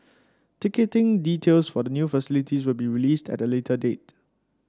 ticketing details for the new facility will be released at a later date